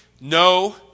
no